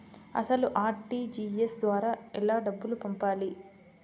అసలు అర్.టీ.జీ.ఎస్ ద్వారా ఎలా డబ్బులు పంపాలి?